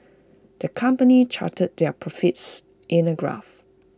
the company charted their profits in A graph